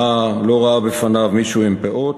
לא ראה לפניו מישהו עם פאות,